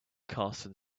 carson